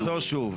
אני אחזור שוב.